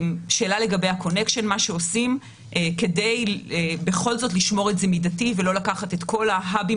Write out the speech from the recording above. מה שעושים כדי בכל זאת לשמור את זה מידתי ולא לקחת את כל ההאבים